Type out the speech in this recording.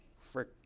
Frick